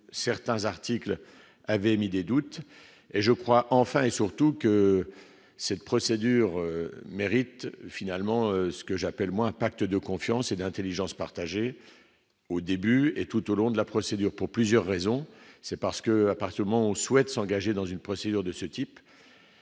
certains articles avaient émis des doutes, et je crois, enfin et surtout, que cette procédure mérite finalement ce que j'appelle moi un pacte de confiance et d'Intelligence partagée au début tout au long de la procédure pour plusieurs raisons, c'est parce que l'appartement ou souhaite s'engager dans une procédure de ce type,